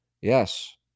Yes